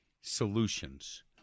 solutions